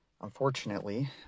unfortunately